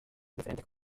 diferentes